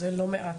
זה לא מעט.